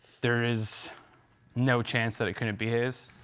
there is no chance that it couldn't be his.